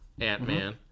ant-man